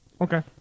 Okay